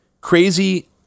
crazy